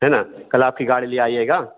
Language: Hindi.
है ना कल आपकी गाड़ी ले आइएगा